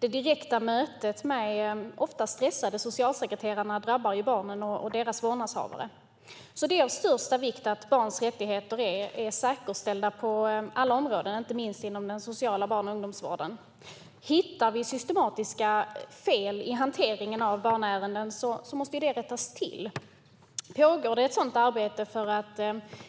Det direkta mötet med de oftast stressade socialsekreterarna drabbar barnen och deras vårdnadshavare. Det är av största vikt att barns rättigheter är säkerställda på alla områden, inte minst inom den sociala barn och ungdomsvården. Hittar vi systematiska fel i hanteringen av barnärenden måste det rättas till. Pågår det ett sådant arbete för att